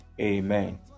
Amen